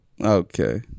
Okay